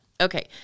okay